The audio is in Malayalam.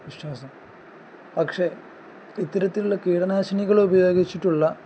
വിശ്വാസം പക്ഷേ ഇത്തരത്തിലുള്ള കീടനാശിനികളെ ഉപയോഗിച്ചിട്ടുള്ള